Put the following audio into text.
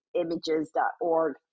images.org